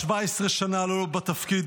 17 שנה לא בתפקיד,